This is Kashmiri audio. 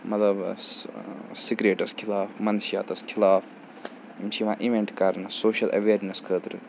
مطلب سہِ سِگریٹَس خلاف مَنشاتَس خلاف یِم چھِ یِوان اِویٚنٹ کَرنہٕ سوشَل اٮ۪ویرنیٚس خٲطرٕ